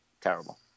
terrible